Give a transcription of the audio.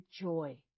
joy